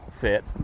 fit